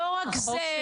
לא רק זה.